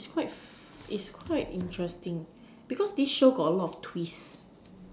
it's quite it's quite interesting because this show got a lot of twist